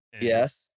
Yes